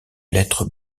lettre